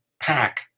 pack